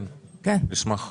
כן, נשמח.